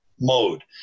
mode